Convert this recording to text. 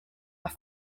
are